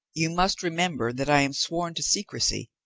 you must remember that i am sworn to secrecy,